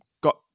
got